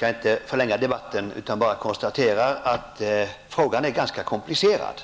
Herr talman! Jag konstaterar att frågan är komplicerad.